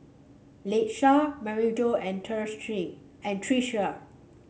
Latesha Maryjo and and Tressie